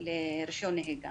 לרישיון הנהיגה.